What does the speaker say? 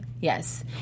Yes